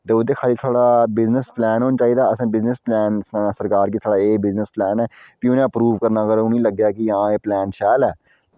देउड़दे खाली साढ़ा business plan होना चाहिदा असें बिजनस पलैन सनाना सरकार गी साढ़ा एह् बिजनस पलैन ऐ फ्ही उनें अपरूव करना अगर उनें लग्गै कि हां एह् पलैन शैल ऐ